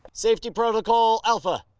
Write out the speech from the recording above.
safety protocol alpha.